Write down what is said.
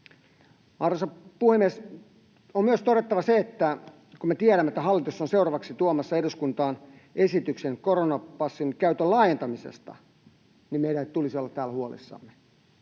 Arvoisa puhemies! On myös todettava se, että kun me tiedämme, että hallitus on seuraavaksi tuomassa eduskuntaan esityksen koronapassin käytön laajentamisesta, niin meidän tulisi olla täällä huolissamme.